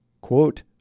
Quote